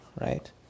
right